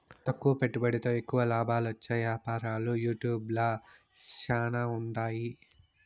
తక్కువ పెట్టుబడితో ఎక్కువ లాబాలొచ్చే యాపారాలు యూట్యూబ్ ల శానా ఉండాయి